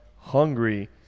hungry